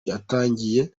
yatangiye